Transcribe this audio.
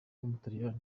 w’umutaliyani